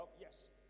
yes